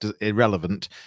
irrelevant